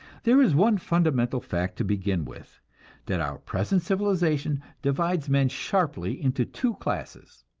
there is one fundamental fact to begin with that our present civilization divides men sharply into two classes,